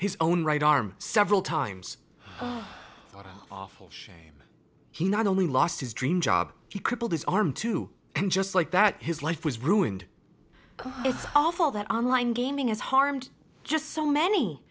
his own right arm several times awful shame he not only lost his dream job he crippled his arm too and just like that his life was ruined it's awful that online gaming is harmed just so many